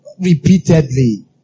repeatedly